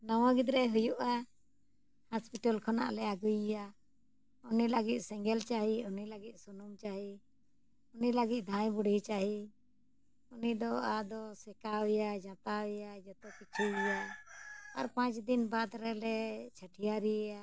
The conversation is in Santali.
ᱱᱚᱣᱟ ᱜᱤᱫᱽᱨᱟᱹᱭ ᱦᱩᱭᱩᱜᱼᱟ ᱦᱚᱥᱯᱤᱴᱟᱞ ᱠᱷᱚᱱᱟᱜ ᱞᱮ ᱟᱹᱜᱩᱭᱮᱭᱟ ᱩᱱᱤ ᱞᱟᱹᱜᱤᱫ ᱥᱮᱸᱜᱮᱞ ᱪᱟᱹᱦᱤ ᱩᱱᱤ ᱞᱟᱹᱜᱤᱫ ᱥᱩᱱᱩᱢ ᱪᱟᱹᱦᱤ ᱩᱱᱤ ᱞᱟᱹᱜᱤᱫ ᱫᱷᱟᱹᱭ ᱵᱩᱰᱷᱤ ᱪᱟᱹᱦᱤ ᱩᱱᱤᱫᱚ ᱟᱫᱚ ᱥᱮᱠᱟᱣᱮᱭᱟᱭ ᱡᱟᱯᱟᱣᱮᱭᱟ ᱡᱚᱛᱚ ᱠᱤᱪᱷᱩᱭᱮᱭᱟᱭ ᱟᱨ ᱯᱟᱸᱪ ᱫᱤᱱ ᱵᱟᱫ ᱨᱮᱞᱮ ᱪᱷᱟᱹᱴᱤᱭᱟᱹᱨᱮᱭᱟ